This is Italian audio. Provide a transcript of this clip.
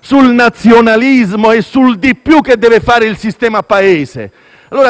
sul nazionalismo e sul di più che deve fare il sistema Paese.